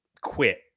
quit